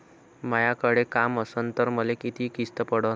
मायाकडे काम असन तर मले किती किस्त पडन?